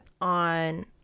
on